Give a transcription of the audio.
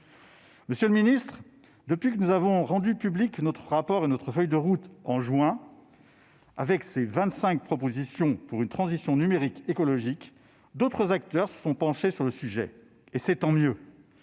Monsieur le secrétaire d'État, depuis que nous avons rendu publics, en juin, notre rapport et notre feuille de route, avec ses 25 propositions pour une transition numérique écologique, d'autres acteurs se sont penchés sur le sujet, et c'est tant mieux.